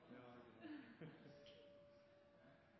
Det har